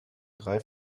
drei